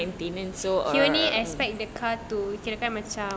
he only expect the car to kirakan macam